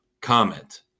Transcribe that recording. comment